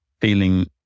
feeling